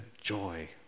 joy